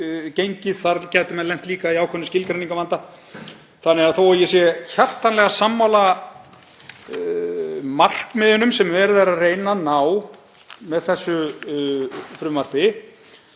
Þarna gætu menn lent líka í ákveðnum skilgreiningarvanda. Þannig að þó að ég sé hjartanlega sammála markmiðunum sem verið er að reyna að ná með þessu frumvarpi